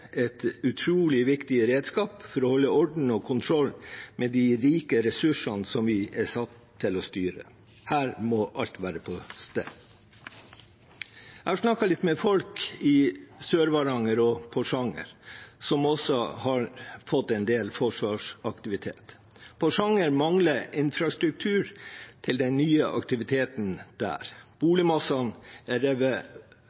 et utrolig viktig redskap for å holde orden og kontroll med de rike ressursene som vi er satt til å styre. Her må alt være på stell. Jeg har snakket litt med folk i Sør-Varanger og Porsanger, som også har fått en del forsvarsaktivitet. Porsanger mangler infrastruktur til den nye aktiviteten der.